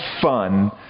fun